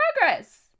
progress